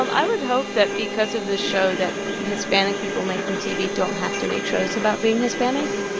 um i would hope that, because of this show, that hispanic people making tv don't have to make shows about being hispanic,